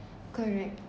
correct